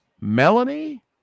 Melanie